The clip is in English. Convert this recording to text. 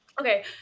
Okay